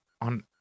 on